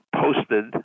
posted